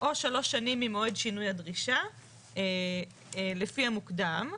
או שלוש שנים ממועד שינוי הדרישה לפי המוקדם.